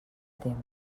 temps